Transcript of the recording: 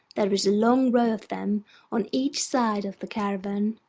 there is a long row of them on each side of the caravan,